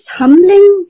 humbling